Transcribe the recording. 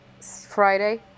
Friday